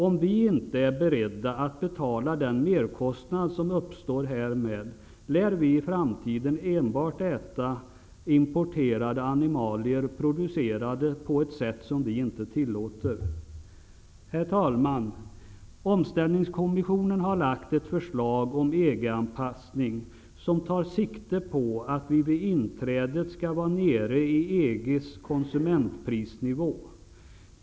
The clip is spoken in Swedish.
Om vi inte är beredda att betala den merkostnad som uppstår härmed, lär vi i framtiden enbart äta importerade animalier, producerade på ett sätt som vi inte tillåter. Herr talman! Omställningskommissionen har lagt fram ett förslag om EG-anpassning som tar sikte på att vi vid inträdet skall vara nere i EG:s konsumentprisnivå.